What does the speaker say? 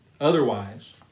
Otherwise